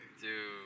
Dude